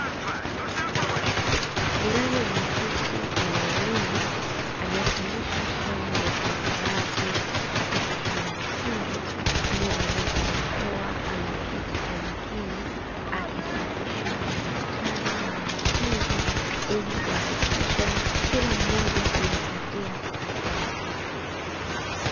Ndani ya ofisi ya mwalimu anayefundisha somo la hisabati katika shule ya msingi, amevalia barakoa ameketi kwa makini akisahisha madaftari ya wanafunzi ili kuhakikisha kila mmoja amempatia haki yake.